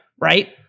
right